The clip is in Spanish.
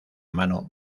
mano